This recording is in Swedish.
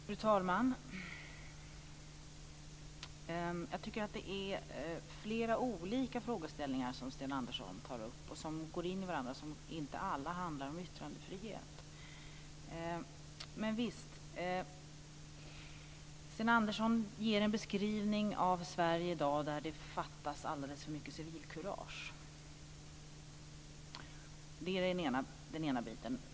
Fru talman! Jag menar att det är flera olika frågeställningar som Sten Andersson tar upp och som går in i varandra. Alla handlar inte om yttrandefrihet - men visst! Sten Andersson ger en beskrivning av Sverige i dag där det alldeles för mycket fattas civilkurage. Det är den ena biten.